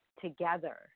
together